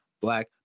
black